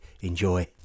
Enjoy